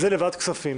זאת ועדת הכספים.